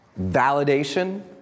validation